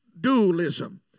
dualism